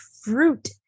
fruit